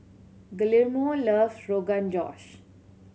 Guillermo loves Rogan Josh